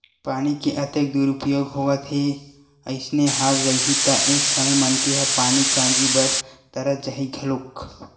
पानी के अतेक दुरूपयोग होवत हे अइसने हाल रइही त एक समे मनखे ह पानी काजी बर तरस जाही घलोक